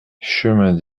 chemin